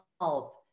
help